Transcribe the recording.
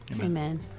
Amen